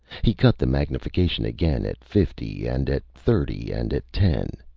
he cut the magnification again at fifty and at thirty and at ten.